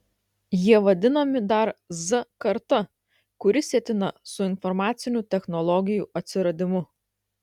jie vadinami dar z karta kuri sietina su informacinių technologijų atsiradimu